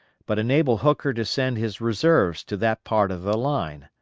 but enable hooker to send his reserves to that part of the line.